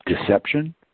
deception